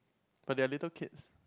but they are little kids